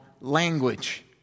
language